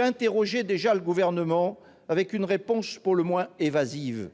interrogé le Gouvernement, qui m'a fait alors une réponse pour le moins évasive.